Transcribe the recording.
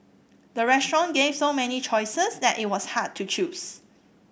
the restaurant gave so many choices that it was hard to choose